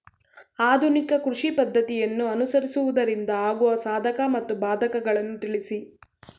ಆಧುನಿಕ ಕೃಷಿ ಪದ್ದತಿಯನ್ನು ಅನುಸರಿಸುವುದರಿಂದ ಆಗುವ ಸಾಧಕ ಮತ್ತು ಬಾಧಕಗಳನ್ನು ತಿಳಿಸಿ?